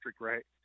Right